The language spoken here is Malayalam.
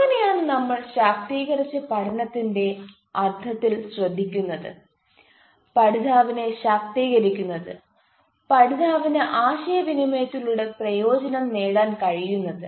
അങ്ങനെയാണ് നമ്മൾ ശാക്തീകരിച്ച പഠനത്തിന്റെ അർത്ഥത്തിൽ ശ്രദ്ധിക്കുന്നത് പഠിതാവിനെ ശാക്തീകരിക്കുന്നത് പഠിതാവിന് ആശയവിനിമയത്തിലൂടെ പ്രയോജനം നേടാൻ കഴിയുന്നത്